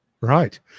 Right